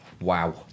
Wow